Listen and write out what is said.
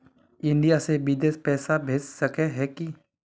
India से बिदेश पैसा भेज सके है की?